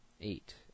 eight